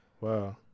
wow